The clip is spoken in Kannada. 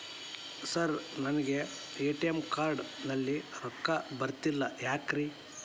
ಸರ್ ನನಗೆ ಎ.ಟಿ.ಎಂ ಕಾರ್ಡ್ ನಲ್ಲಿ ರೊಕ್ಕ ಬರತಿಲ್ಲ ಯಾಕ್ರೇ?